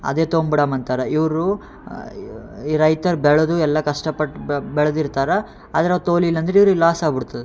ಅದೇ ತೊಗೊಂಡ್ ಬಿಡಣ್ ಅಂತಾರ ಇವರು ಈ ರೈತರು ಬೆಳೆದು ಎಲ್ಲ ಕಷ್ಟಪಟ್ಟು ಬೆಳ್ದಿರ್ತಾರ ಅದು ನಾವು ತೊಲಿಲ್ ಅಂದ್ರೆ ಇವ್ರಿಗೆ ಲಾಸ್ ಆಗ್ಬಿಡ್ತದೆ